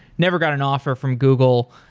never got an offer from google,